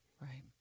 Right